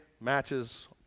matches